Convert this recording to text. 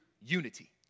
unity